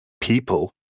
people